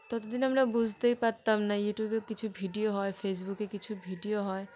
ততদিন আমরা বুঝতেই পারতাম না ইউটিউবে কিছু ভিডিও হয় ফেসবুকে কিছু ভিডিও হয়